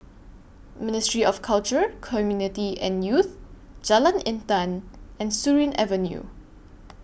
Ministry of Culture Community and Youth Jalan Intan and Surin Avenue